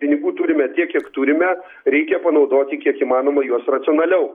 pinigų turime tiek kiek turime reikia panaudoti kiek įmanoma juos racionaliau